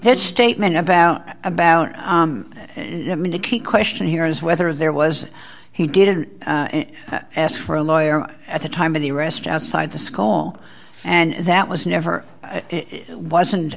his statement about about the key question here is whether there was he didn't ask for a lawyer at the time of the rest outside the scole and that was never it wasn't